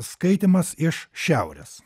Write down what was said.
skaitymas iš šiaurės